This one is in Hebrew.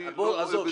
אני --- עזוב,